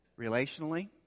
Relationally